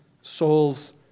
soul's